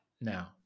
now